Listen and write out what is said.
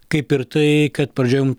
kaip ir tai kad pradžioj